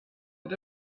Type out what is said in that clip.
but